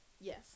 Yes